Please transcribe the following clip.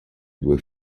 due